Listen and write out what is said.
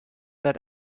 that